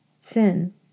Sin